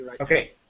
Okay